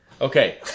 Okay